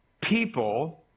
people